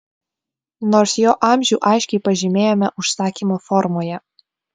nors jo amžių aiškiai pažymėjome užsakymo formoje